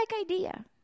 idea